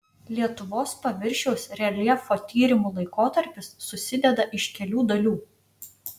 lietuvos paviršiaus reljefo tyrimų laikotarpis susideda iš kelių dalių